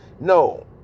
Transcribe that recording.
No